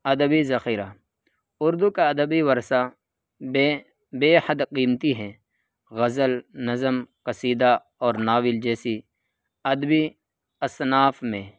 ادبی ذخیرہ اردو کا ادبی ورثہ بے بےحد قیمتی ہے غزل نظم قصیدہ اور ناول جیسی ادبی اصناف میں